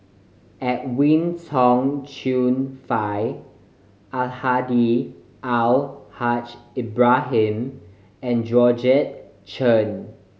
Edwin Tong Chun Fai Almahdi Al Haj Ibrahim and Georgette Chen